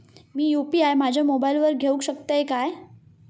मी UPI माझ्या मोबाईलावर घेवक शकतय काय?